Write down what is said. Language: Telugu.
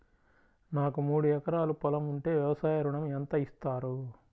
నాకు మూడు ఎకరాలు పొలం ఉంటే వ్యవసాయ ఋణం ఎంత ఇస్తారు?